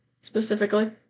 Specifically